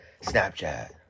Snapchat